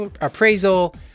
appraisal